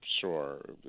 Sure